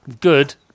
good